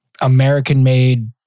American-made